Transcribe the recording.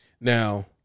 now